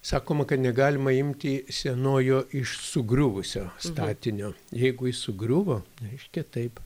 sakoma kad negalima imti sienojo iš sugriuvusio statinio jeigu jis sugriuvo reiškia taip